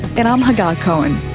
and um hagar cohen